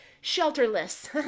shelterless